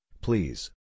please